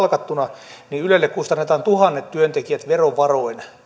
palkattuna niin ylelle kustannetaan tuhannet työntekijät verovaroin